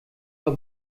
war